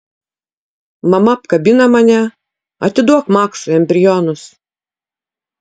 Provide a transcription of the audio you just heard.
mama apkabina mane atiduok maksui embrionus